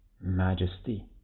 majesty